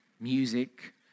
music